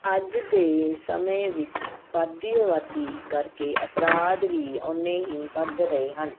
ਅੱਜ ਦੇ ਸਮੇਂ ਵਿੱਚ ਵੱਧਦੀ ਅਬਾਦੀ ਕਰਕੇ ਅਪਰਾਧ ਵੀ ਓਨੇ ਹੀ ਵੱਧ ਰਹੇ ਹਨ